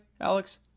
Alex